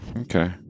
Okay